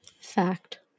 Fact